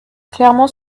clairement